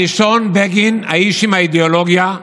הראשון, בגין, האיש עם האידיאולוגיה,